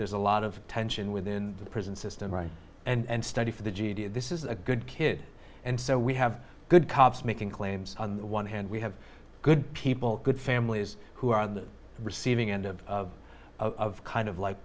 there's a lot of tension within the prison system right and study for the g d this is a good kid and so we have good cops making claims on one hand we have good people good families who are on the receiving end of a kind of like